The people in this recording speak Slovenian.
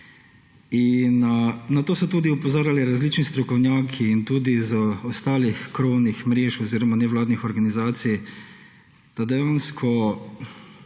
Na to so opozarjali različni strokovnjaki tudi iz ostalih krovnih mrež oziroma nevladnih organizacij, da dejansko